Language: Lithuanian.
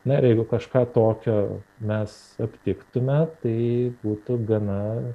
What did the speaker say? na ir jeigu kažką tokio mes aptiktume tai būtų gana